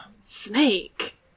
Snake